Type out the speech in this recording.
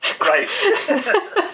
Right